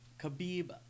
Khabib